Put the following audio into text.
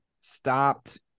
stopped